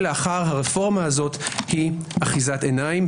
לאחר הרפורמה הזו היא אחיזת עיניים,